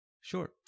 sure